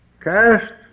cast